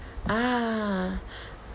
ah